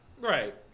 Right